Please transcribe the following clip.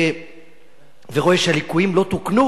ורואה שהליקויים לא תוקנו,